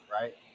right